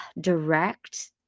direct